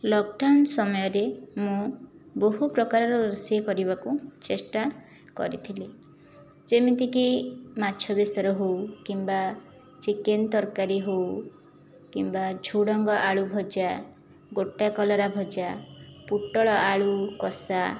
lockdown ସମୟରେ ମୁଁ ବହୁ ପ୍ରକାରର ରୋଷେଇ କରିବାକୁ ଚେଷ୍ଟା କରିଥିଲି ଯେମିତିକି ମାଛ ବେସର ହେଉ କିମ୍ବା ଚିକେନ୍ ତରକାରୀ ହେଉ କିମ୍ବା ଝୁଡ଼ଙ୍ଗ ଆଳୁ ଭଜା ଗୋଟା କଲରା ଭଜା ପୋଟଳ ଆଳୁ କଷା